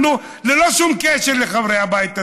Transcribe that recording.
אנחנו, ללא שום קשר לחברי הבית הזה,